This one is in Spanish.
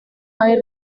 hay